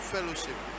fellowship